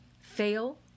Fail